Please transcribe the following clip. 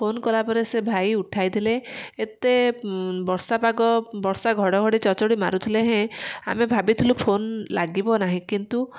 phone କଲାପରେ ସେ ଭାଇ ଉଠାଇଥିଲେ ଏତେ ବର୍ଷା ପାଗ ବର୍ଷା ଘଡ଼ଘଡ଼ି ଚଡ଼୍ଚଡ଼ି୍ ମାରୁଥିଲେ ହେଁ ଆମେ ଭାବିଥିଲୁ ଫୋନ୍ ଲାଗିବ ନାହିଁ କିନ୍ତୁ